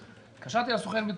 התקשרתי לסוכן ביטוח,